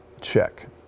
check